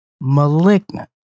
malignant